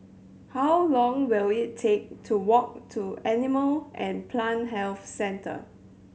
how long will it take to walk to Animal and Plant Health Centre